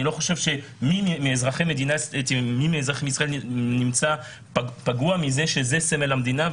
אני לא חושב שמי מאזרחי ישראל נמצא פגוע מזה שזהו סמל המדינה,